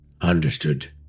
Understood